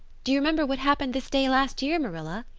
do you remember what happened this day last year, marilla?